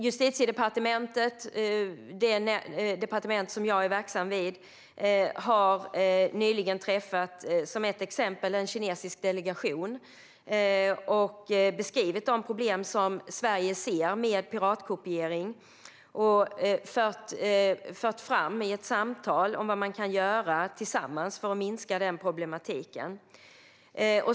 Justitiedepartementet, som är det departement som jag är verksam i, har nyligen träffat en kinesisk delegation och beskrivit de problem som Sverige ser med piratkopiering. Man har i ett samtal fört fram vad man kan göra tillsammans för att minska problematiken.